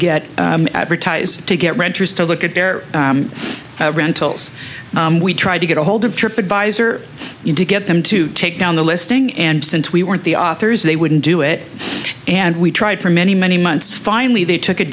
get advertised to get renters to look at their rentals we tried to get ahold of trip advisor to get them to take down the listing and since we weren't the authors they wouldn't do it and we tried for many many months finally they took it